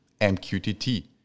MQTT